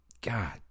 God